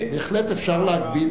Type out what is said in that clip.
בהחלט אפשר להגביל.